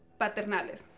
paternales